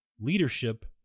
leadership